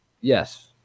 Yes